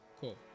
cool